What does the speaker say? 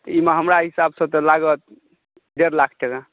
एहिमे हमरा हिसाबसँ तऽ लागत डेढ़ लाख टका